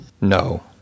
No